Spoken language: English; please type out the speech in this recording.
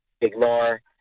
ignore